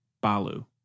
Balu